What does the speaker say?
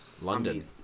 London